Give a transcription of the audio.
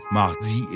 mardi